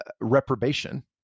reprobation